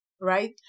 right